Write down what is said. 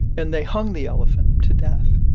and they hung the elephant to death.